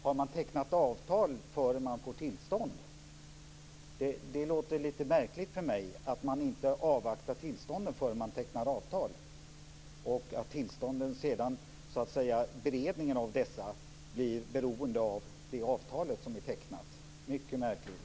Har man tecknat avtal innan man får tillstånd? Det låter lite märkligt för mig att man inte avvaktar tillståndet förrän man tecknar avtalet. Beredningen av tillståndet blir beroende av det avtal som är tecknat. Mycket märkligt!